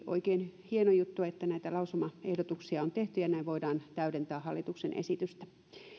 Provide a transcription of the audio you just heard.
oikein hieno juttu että näitä lausumaehdotuksia on tehty ja näin voidaan täydentää hallituksen esitystä